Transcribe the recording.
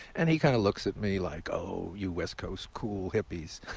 and he kind of looks at me like, oh, you west coast cool hippies,